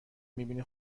میبینی